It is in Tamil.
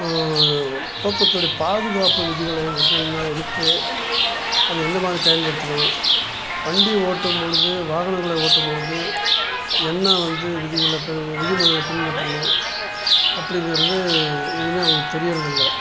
போக்குவரத்துடைய பாதுகாப்பு விதிகளை என்னென்ன இருக்குது அது எந்த மாதிரி பயன்படுத்தணும் வண்டி ஓட்டும்பொழுது வாகனங்களை ஓட்டும்பொழுது என்னவந்து விதிகளை ப விதிமுறைகளை பின்பற்றணும் அப்படிங்கிறது எதுவுமே அவங்களுக்கு தெரிகிறது இல்லை